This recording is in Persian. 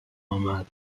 آمد